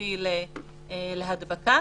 משמעותי להדבקה,